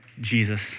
Jesus